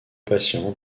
patient